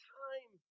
time